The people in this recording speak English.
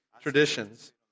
traditions